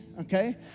okay